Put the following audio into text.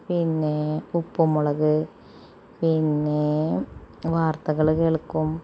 പിന്നെ ഉപ്പും മുളക് പിന്നെ വാർത്തകള് കേൾക്കും